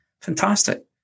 fantastic